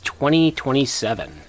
2027